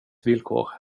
villkor